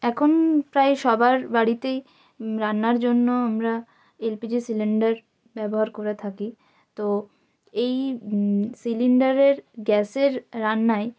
এখন প্রায় সবার বাড়িতেই রান্নার জন্য আমরা এলপিজি সিলিন্ডার ব্যবহার করে থাকি তো এই সিলিন্ডারের গ্যাসের রান্নায়